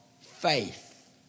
faith